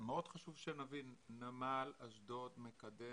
מאוד חשוב שנבין, נמל אשדוד מקדם